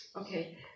Okay